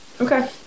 Okay